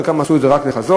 חלקן עשו את זה רק בחזור,